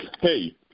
Hey